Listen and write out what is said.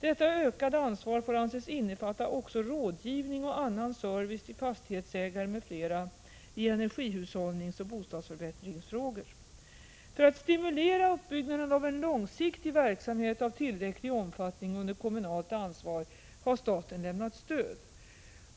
Detta ökade ansvar får anses innefatta också rådgivning och annan service till fastighetsägare m.fl. i energihushållningsoch bostadsförbättringsfrågor. För att stimulera uppbyggnaden av en långsiktig verksamhet av tillräcklig omfattning under kommunalt ansvar har staten lämnat stöd.